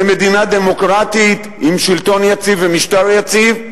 כמדינה דמוקרטית עם שלטון יציב ומשטר יציב,